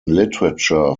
literature